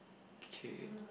okay